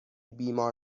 بیمار